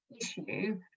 issue